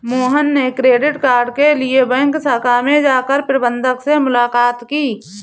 मोहन ने credit card के लिए बैंक शाखा में जाकर प्रबंधक से मुलाक़ात की